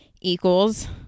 equals